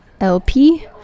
LP